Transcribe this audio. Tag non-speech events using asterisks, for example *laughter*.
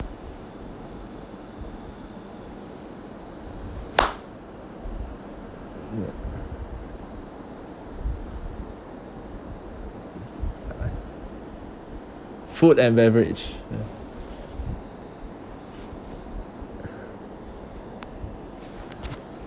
ya all right food and beverage ya *noise*